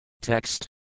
Text